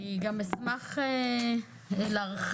גם אשמח להרחיב,